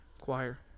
Choir